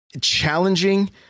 challenging